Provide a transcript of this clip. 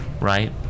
right